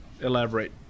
elaborate